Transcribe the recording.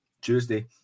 Tuesday